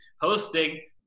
hosting